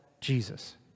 Jesus